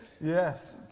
Yes